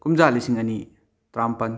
ꯀꯨꯝꯖꯥ ꯂꯤꯁꯤꯡ ꯑꯅꯤ ꯇꯔꯥꯥꯃꯥꯄꯟ